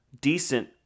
decent